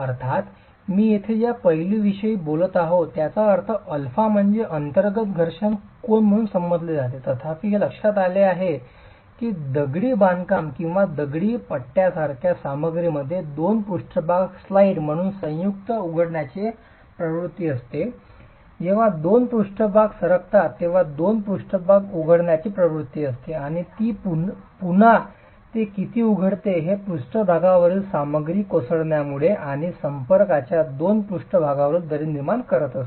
अर्थात मी येथे ज्या पैलूविषयी बोललो नाही त्याचा अर्थ अल्फा म्हणजे अंतर्गत घर्षण कोन म्हणून संबोधले जाते तथापि हे लक्षात आले आहे की दगडी बांधकाम किंवा दगडी पाट्यासारख्या सामग्रीमध्ये दोन पृष्ठभाग स्लाइड म्हणून संयुक्त उघडण्याचे प्रवृत्ती असते जेव्हा दोन पृष्ठभाग सरकतात तेव्हा दोन पृष्ठभाग उघडण्याची प्रवृत्ती असते आणि ती पुन्हा ते किती उघडते हे पृष्ठभागावरील सामग्री कोसळण्यामुळे आणि संपर्काच्या दोन पृष्ठभागांमधील दरी निर्माण करते